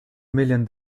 million